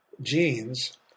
genes